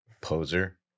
Poser